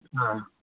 ꯑ